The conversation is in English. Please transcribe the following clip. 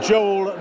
Joel